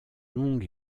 longue